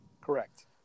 correct